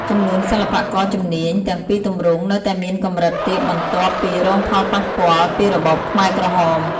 ចំនួនសិល្បករជំនាញ ទាំងពីរទម្រង់នៅតែមានកម្រិតទាបបន្ទាប់ពីរងផលប៉ះពាល់ពីរបបខ្មែរក្រហម។